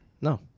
No